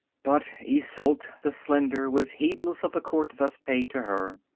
but isolde the slender was heedless of the court thus paid to her.